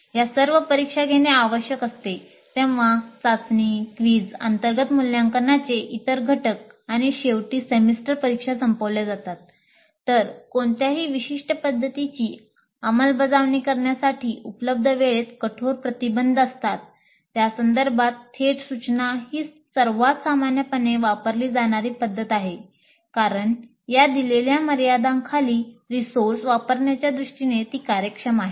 या सर्व परीक्षा घेणे आवश्यक असते तेव्हा चाचणी क्विझ वापरण्याच्या दृष्टीने ती कार्यक्षम आहे